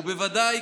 ובוודאי,